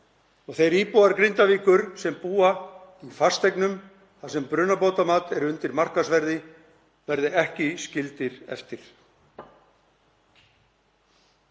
þeir íbúar Grindavíkur sem búa í fasteignum þar sem brunabótamat er undir markaðsverði verði ekki skildir eftir.